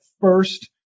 first